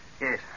Yes